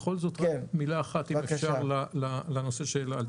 בכל זאת מילה אחת אם אפשר לנושא של אל על.